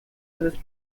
was